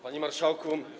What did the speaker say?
Panie Marszałku!